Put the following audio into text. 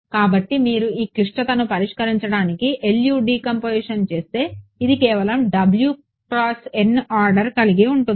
కాబట్టి మీరు ఈ క్లిష్టతను పరిష్కరించడానికి LU డికంపొసిషన్ చేస్తే ఇది కేవలం ఆర్డర్ కలిగి ఉంటుంది